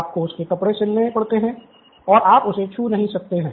आपको उसके कपड़े सिलने पड़ते हैं और आप उसे छू नहीं सकते हैं